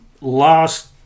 Last